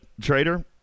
Trader